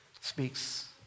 speaks